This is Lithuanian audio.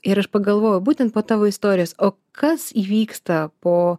ir aš pagalvojau būtent po tavo istorijos o kas įvyksta po